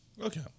Okay